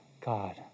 God